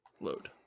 Load